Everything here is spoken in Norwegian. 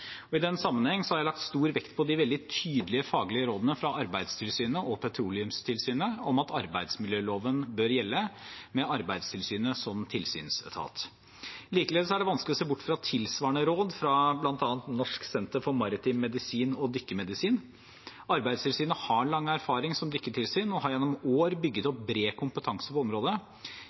I den sammenheng har jeg lagt stor vekt på de veldig tydelige faglige rådene fra Arbeidstilsynet og Petroleumstilsynet om at arbeidsmiljøloven bør gjelde, med Arbeidstilsynet som tilsynsetat. Likeledes er det vanskelig å se bort fra tilsvarende råd fra bl.a. Norsk senter for maritim medisin og dykkemedisin. Arbeidstilsynet har lang erfaring som dykketilsyn og har gjennom år bygget opp bred kompetanse på området.